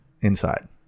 inside